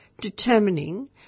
determining